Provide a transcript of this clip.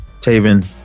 Taven